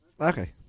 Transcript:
Okay